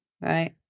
right